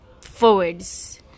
Forwards